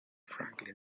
franklin